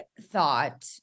thought